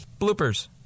Bloopers